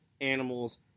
animals